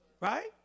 Right